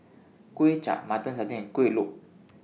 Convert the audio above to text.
Kway Chap Mutton Satay and Kuih Lopes